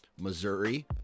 missouri